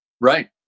Right